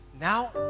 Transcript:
Now